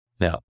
Now